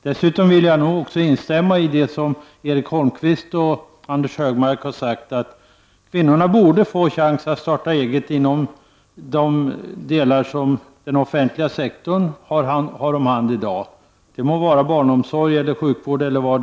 Dessutom vill jag instämma i det som Erik Holmkvist och Anders G Hökmark sade, att kvinnorna borde få chans att starta eget inom de delar som den offentliga sektorn i dag har hand om, t.ex. inom sjukvård eller barnomsorg.